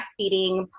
breastfeeding